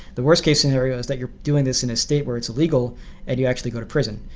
the worst-case scenario is that you're doing this in a state where it's illegal and you actually go to prison.